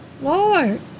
Lord